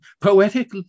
poetic